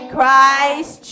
Christ